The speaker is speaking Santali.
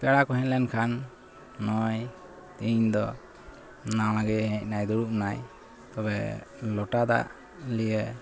ᱯᱮᱲᱟ ᱠᱚ ᱦᱮᱡ ᱞᱮᱱᱠᱷᱟᱱ ᱱᱚᱜᱼᱚᱭ ᱤᱧᱫᱚ ᱱᱟᱣᱟᱜᱮ ᱦᱮᱡ ᱮᱱᱟᱭ ᱫᱩᱲᱩᱵ ᱮᱱᱟᱭ ᱛᱚᱵᱮ ᱞᱚᱴᱟ ᱫᱟᱜ ᱞᱤᱭᱮ